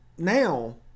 Now